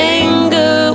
anger